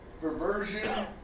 perversion